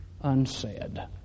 unsaid